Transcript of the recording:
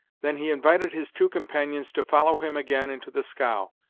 than he invited his two companions to follow him again into the scow.